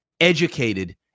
educated